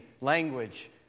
language